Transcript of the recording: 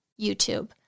YouTube